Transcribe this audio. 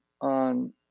on